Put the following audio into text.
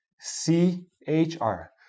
C-H-R